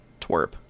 twerp